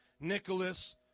Nicholas